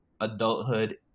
adulthood